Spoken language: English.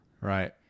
Right